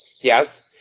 Yes